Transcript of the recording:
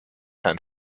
herrn